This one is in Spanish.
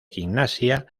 gimnasia